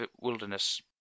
wilderness